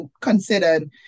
considered